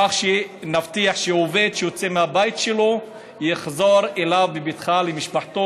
כך שנבטיח שעובד שיוצא מהבית שלו יחזור אליו למשפחתו